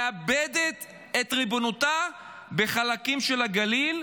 מאבדת את ריבונותה בחלקים של הגליל,